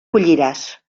colliràs